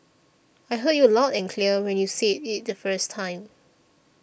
I heard you loud and clear when you said it the first time